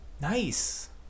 Nice